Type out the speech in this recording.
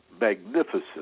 magnificent